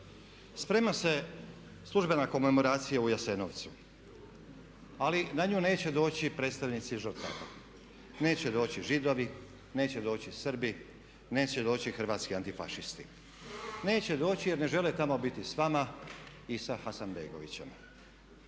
Sprema se službena komemoracija u Jasenovcu, ali na nju neće doći predstavnici žrtava. Neće doći Židovi, neće doći Srbi, neće doći hrvatski antifašisti. Neće doći jer ne žele tamo biti s vama i sa Hasanbegovićem.